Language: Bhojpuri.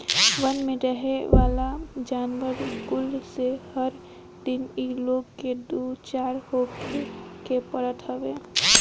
वन में रहेवाला जानवर कुल से हर दिन इ लोग के दू चार होखे के पड़त हवे